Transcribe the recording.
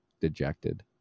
dejected